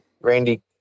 Randy